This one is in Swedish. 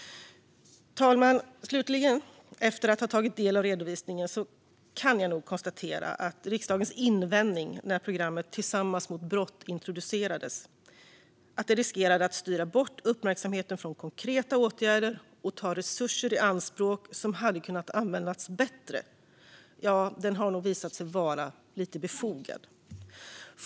Slutligen, herr talman: Efter att tagit del av redovisningen kan jag nog konstatera att riksdagens invändning när programmet Tillsammans mot brott introducerades, att det riskerade att styra bort uppmärksamheten från konkreta åtgärder och ta resurser i anspråk som hade kunnat användas bättre, nog har visat sig vara lite befogad.